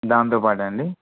దాంతో పాటా అండి